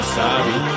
sorry